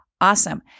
awesome